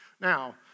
Now